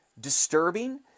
disturbing